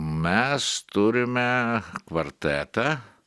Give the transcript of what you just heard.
mes turime kvartetą